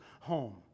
home